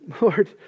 Lord